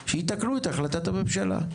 שיתקנו את החלטת הממשלה,